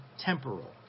temporal